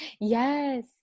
Yes